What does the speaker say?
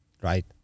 Right